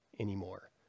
Anymore